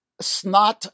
snot